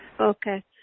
okay